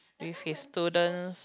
with his students